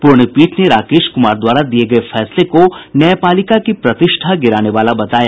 पूर्ण पीठ ने राकेश कुमार द्वारा दिये गये फैसले को न्यायपालिका की प्रतिष्ठा गिराने वाला बताया